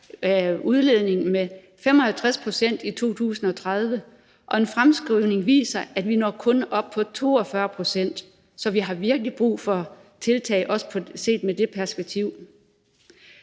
udledningen med 55 pct. i 2030, og en fremskrivning viser, at vi kun når op på 42 pct. Så vi har virkelig brug for tiltag, også set i det perspektiv.